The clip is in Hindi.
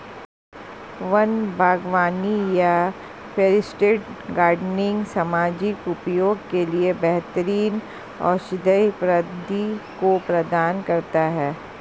वन्य बागवानी या फॉरेस्ट गार्डनिंग सामाजिक उपयोग के लिए बेहतर औषधीय पदार्थों को प्रदान करता है